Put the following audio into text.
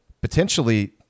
potentially